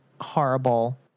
horrible